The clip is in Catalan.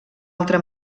altra